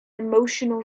emotional